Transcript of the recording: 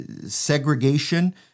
segregation